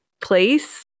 place